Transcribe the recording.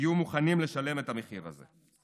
יהיו מוכנים לשלם את המחיר הזה.